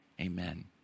Amen